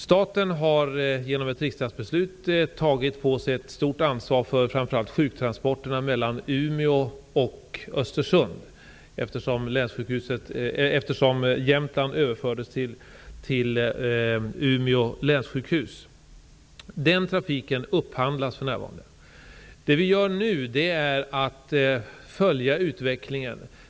Staten har genom ett riksdagsbeslut tagit på sig ett stort ansvar för framför allt sjuktransporterna mellan Umeå och Östersund, eftersom Jämtland överfördes till Umeå länssjukhus. Den trafiken upphandlas för närvarande. Det vi gör nu är att följa utvecklingen.